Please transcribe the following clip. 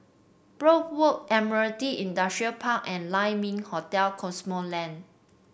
Brookvale Walk Admiralty Industrial Park and Lai Ming Hotel Cosmoland